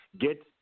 get